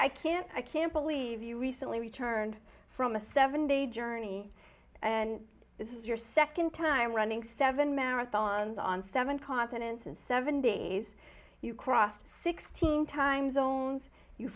i can't i can't believe you recently returned from a seven day journey and this is your second time running seven marathons on seven continents in seven days you crossed sixteen time zones you